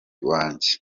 wanjye